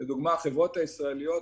לדוגמה החברות הישראליות,